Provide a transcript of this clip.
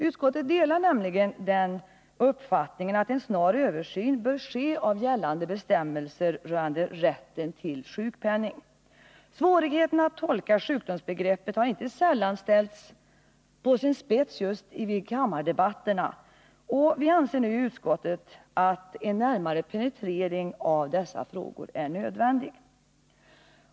Utskottet delar nämligen den uppfattningen att en snar översyn bör göras av gällande bestämmelser rörande rätten till sjukpenning. Svårigheten att tolka sjukdomsbegreppet har inte sällan ställts på sin spets här under kammardebatterna. Vi anser i utskottet att en närmare penetrering av dessa frågor är nödvändig.